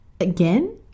Again